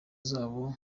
zabo